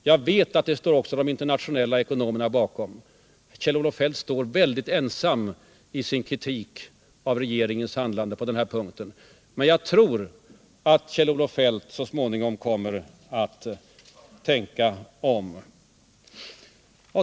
Jag vet också att de internationella ekonomerna står bakom det. Kjell-Olof Feldt är väldigt ensam i sin kritik av regeringens handlande på den här punkten. Men jag tror att han så småningom kommer att tänka om.